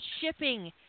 shipping